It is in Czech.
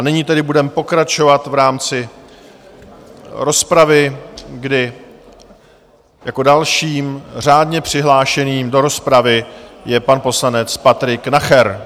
Nyní tedy budeme pokračovat v rámci rozpravy, kdy jako dalším řádně přihlášeným do rozpravy je pan poslanec Patrik Nacher.